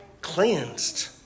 Cleansed